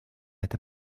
это